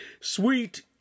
Sweet